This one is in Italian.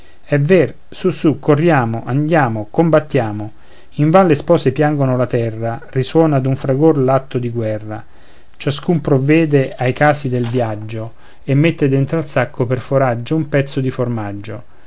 è ver su su corriamo andiamo combattiamo invan le spose piangono la terra risuona d'un fragor alto di guerra ciascun provvede ai casi del viaggio e mette dentro al sacco per foraggio un pezzo di formaggio